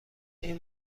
این